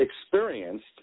experienced